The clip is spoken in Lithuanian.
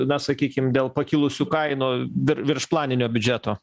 na sakykim dėl pakilusių kainų dar viršplaninio biudžeto